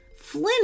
Flynn